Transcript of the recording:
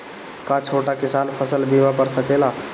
हा छोटा किसान फसल बीमा पा सकेला?